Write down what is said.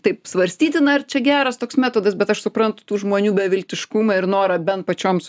taip svarstytina ar čia geras toks metodas bet aš suprantu tų žmonių beviltiškumą ir norą bent pačioms